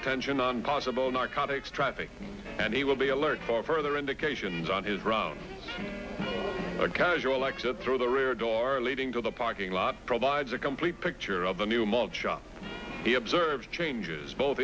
attention on possible narcotics traffic and he will be alert for further indications on his round or casual exit through the rear door leading to the parking lot provides a complete picture of a new mug shot he observes changes both